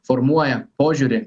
formuoja požiūrį